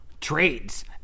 trades